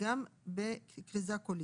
גם בכריזה קולית.